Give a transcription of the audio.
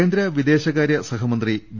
കേന്ദ്ര വിദേശകാര്യ സഹമന്ത്രി വി